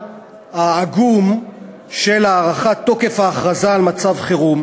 העגום של הארכת תוקף ההכרזה על מצב חירום.